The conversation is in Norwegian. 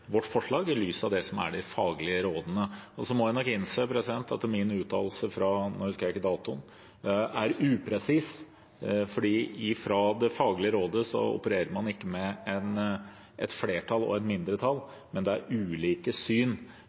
vårt forslag i lys av det som er de faglige rådene. Så må jeg nok innse at min uttalelse – nå husker jeg ikke datoen – er upresis, for fra det faglige rådet opererer man ikke med et flertall og et mindretall, men det er ulike syn